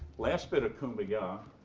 last bit of kumbaya.